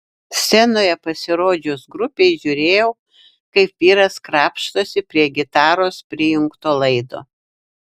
scenoje pasirodžius grupei žiūrėjau kaip vyras krapštosi prie gitaros prijungto laido